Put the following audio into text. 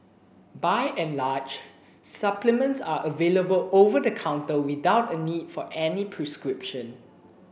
by and large supplements are available over the counter without a need for any prescription